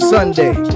Sunday